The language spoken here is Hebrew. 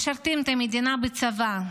משרתים את המדינה בצבא,